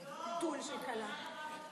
טול של כלה.